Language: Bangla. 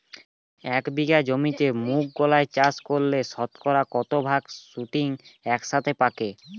এক বিঘা জমিতে মুঘ কলাই চাষ করলে শতকরা কত ভাগ শুটিং একসাথে পাকে?